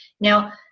Now